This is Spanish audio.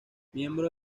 miembro